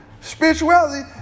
Spirituality